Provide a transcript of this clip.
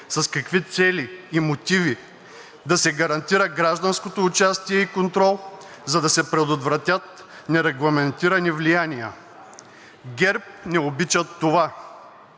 с какви цели и мотиви, да се гарантира гражданското участие и контрол, за да се предотвратят нерегламентирани влияния. ГЕРБ не обичат това.